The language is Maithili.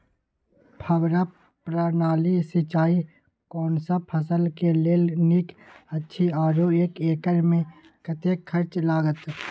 फब्बारा प्रणाली सिंचाई कोनसब फसल के लेल नीक अछि आरो एक एकर मे कतेक खर्च लागत?